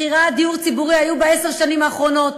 מכירת דיור ציבורי הייתה בעשר השנים האחרונות,